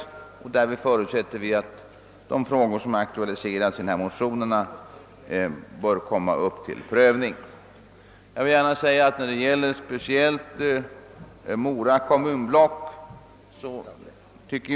Därvid förutsätter vi att de frågor som aktualiserats i motionerna kommer att upptagas till prövning. Jag vill gärna säga, speciellt beträffande Mora kommunblock, att.